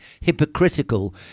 hypocritical